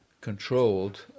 controlled